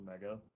mega